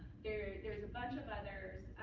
there's a bunch of others.